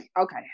okay